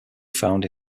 found